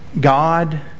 God